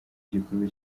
gikorwa